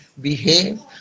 behave